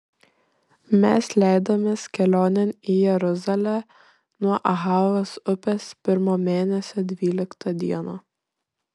mes leidomės kelionėn į jeruzalę nuo ahavos upės pirmo mėnesio dvyliktą dieną